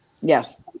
Yes